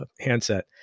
handset